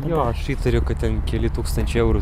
jo aš įtariu kad ten keli tūkstančiai eurų